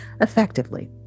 effectively